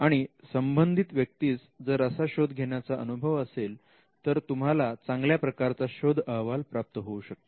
आणि संबंधित व्यक्तीस जर असा शोध घेण्याचा अनुभव असेल तर तुम्हाला चांगल्या प्रकारचा शोध अहवाल प्राप्त होऊ शकतो